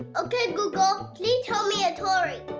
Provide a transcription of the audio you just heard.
okay google. please tell me a story.